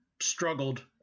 struggled